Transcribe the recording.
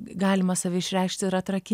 galima save išreikšti ir atrakinti